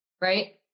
right